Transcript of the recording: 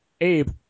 Abe